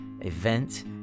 event